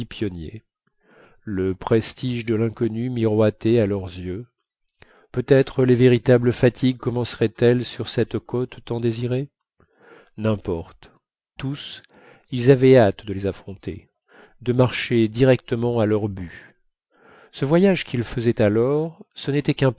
le prestige de l'inconnu miroitait à leurs yeux peut-être les véritables fatigues commenceraient elles sur cette côte tant désirée n'importe tous ils avaient hâte de les affronter de marcher directement à leur but ce voyage qu'ils faisaient alors ce n'était qu'un